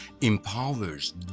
empowers